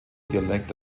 dialekt